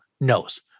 knows